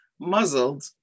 muzzled